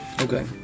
okay